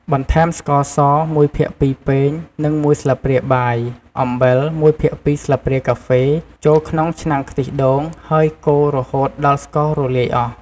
បន្ថែមស្ករស ១ភាគ២ ពែង និង ១ ស្លាបព្រាបាយ អំបិល ១ភាគ២ ស្លាបព្រាកាហ្វេ ចូលក្នុងឆ្នាំងខ្ទិះដូង ហើយកូររហូតដល់ស្កររលាយអស់។